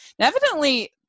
Evidently